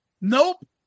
nope